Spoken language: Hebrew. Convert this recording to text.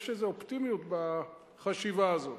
יש איזה אופטימיות בחשיבה הזאת.